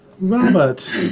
Robert